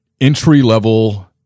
entry-level